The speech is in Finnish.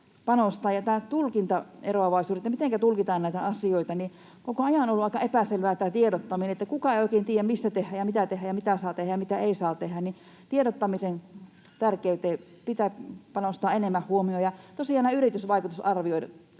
tulkintaeroavaisuudet ja se, mitenkä tulkitaan näitä asioita: Koko ajan on ollut aika epäselvää tämä tiedottaminen. Kukaan ei oikein tiedä, missä tehdään ja mitä tehdään ja mitä saa tehdä ja mitä ei saa tehdä. Tiedottamisen tärkey-teen pitää panostaa enemmän huomiota. Ja tosiaan